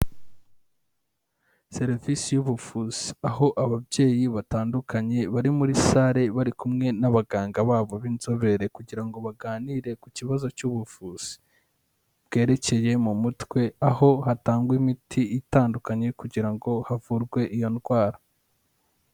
Serivisi y'ubuvuzi. Aho ababyeyi batandukanye bari muri sale bari kumwe n'abaganga babo b'inzobere kugira baganire ku kibazo cy'ubuvuzi. Bwerekeye mu mutwe aho hatangwa imiti itandukanye kugira ngo ngo havurwe iyo ndwara.